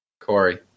Corey